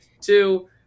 Two